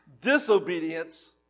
Disobedience